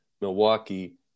Milwaukee